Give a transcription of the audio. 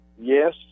yes